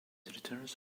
returns